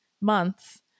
months